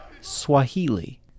Swahili